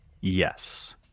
yes